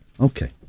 Okay